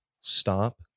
stop